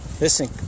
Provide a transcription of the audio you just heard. listen